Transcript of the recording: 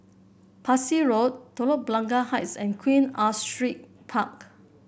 Parsi Road Telok Blangah Heights and Queen Astrid Park